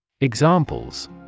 Examples